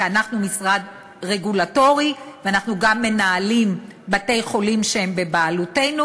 כי אנחנו משרד רגולטורי ואנחנו גם מנהלים בתי-חולים שהם בבעלותנו.